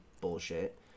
bullshit